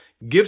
Give